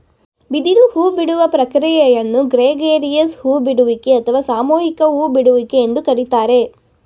ಬಿದಿರು ಹೂಬಿಡುವ ಪ್ರಕ್ರಿಯೆಯನ್ನು ಗ್ರೆಗೇರಿಯಸ್ ಹೂ ಬಿಡುವಿಕೆ ಅಥವಾ ಸಾಮೂಹಿಕ ಹೂ ಬಿಡುವಿಕೆ ಎಂದು ಕರಿತಾರೆ